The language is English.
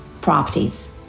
properties